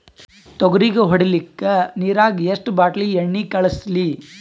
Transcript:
ತೊಗರಿಗ ಹೊಡಿಲಿಕ್ಕಿ ನಿರಾಗ ಎಷ್ಟ ಬಾಟಲಿ ಎಣ್ಣಿ ಕಳಸಲಿ?